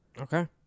Okay